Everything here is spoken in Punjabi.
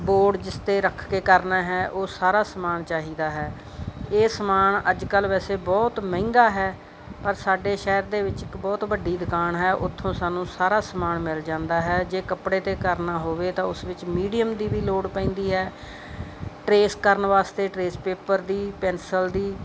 ਬੋਰਡ ਜਿਸ 'ਤੇ ਰੱਖ ਕੇ ਕਰਨਾ ਹੈ ਉਹ ਸਾਰਾ ਸਮਾਨ ਚਾਹੀਦਾ ਹੈ ਇਹ ਸਮਾਨ ਅੱਜ ਕੱਲ੍ਹ ਵੈਸੇ ਬਹੁਤ ਮਹਿੰਗਾ ਹੈ ਪਰ ਸਾਡੇ ਸ਼ਹਿਰ ਦੇ ਵਿੱਚ ਇੱਕ ਬਹੁਤ ਵੱਡੀ ਦੁਕਾਨ ਹੈ ਉੱਥੋਂ ਸਾਨੂੰ ਸਾਰਾ ਸਮਾਨ ਮਿਲ ਜਾਂਦਾ ਹੈ ਜੇ ਕੱਪੜੇ 'ਤੇ ਕਰਨਾ ਹੋਵੇ ਤਾਂ ਉਸ ਵਿੱਚ ਮੀਡੀਅਮ ਦੀ ਵੀ ਲੋੜ ਪੈਂਦੀ ਹੈ ਟਰੇਸ ਕਰਨ ਵਾਸਤੇ ਟਰੇਸ ਪੇਪਰ ਦੀ ਪੈਨਸਲ ਦੀ